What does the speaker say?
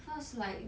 cause like